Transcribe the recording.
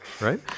Right